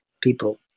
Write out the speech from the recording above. people